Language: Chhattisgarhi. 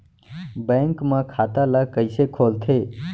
बैंक म खाता ल कइसे खोलथे?